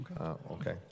okay